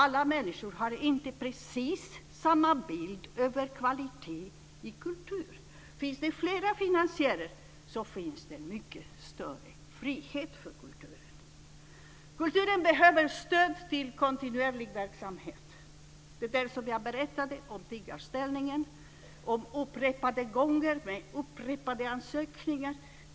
Alla människor har inte precis samma bild av kvalitet i kultur. Finns det flera finansiärer finns det mycket större frihet för kulturen. Kulturen behöver stöd till kontinuerlig verksamhet. Jag berättade om tiggarställningen, om upprepade gånger och om upprepade ansökningar.